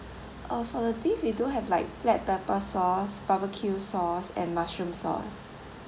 ah for the beef we do have like black pepper sauce barbeque sauce and mushroom sauce